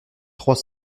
trois